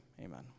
Amen